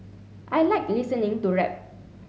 I like listening to rap